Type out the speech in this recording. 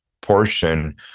portion